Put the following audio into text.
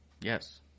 Yes